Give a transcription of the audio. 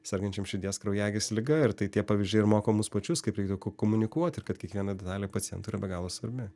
sergančiam širdies kraujagyslių liga ir tai tie pavyzdžiai ir moko mus pačius kaip reiktų komunikuoti ir kad kiekviena detalė pacientui yra be galo svarbi